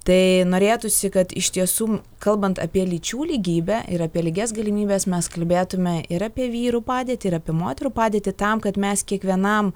tai norėtųsi kad iš tiesų kalbant apie lyčių lygybę ir apie lygias galimybes mes kalbėtumėme ir apie vyrų padėtį ir apie moterų padėtį tam kad mes kiekvienam